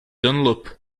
dunlop